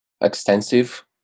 extensive